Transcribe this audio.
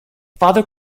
father